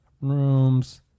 rooms